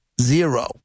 Zero